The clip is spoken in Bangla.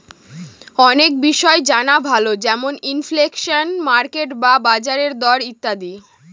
অনেক বিষয় জানা ভালো যেমন ইনফ্লেশন, মার্কেট বা বাজারের দর ইত্যাদি